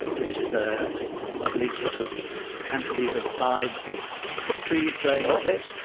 which has ah lovely sort of cantilevered sides with trees growing up it.